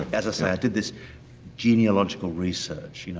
as i said, i did this genealogical research. you know